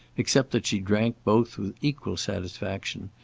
except that she drank both with equal satisfaction,